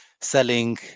selling